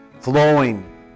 flowing